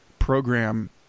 program